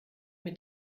mit